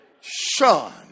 Son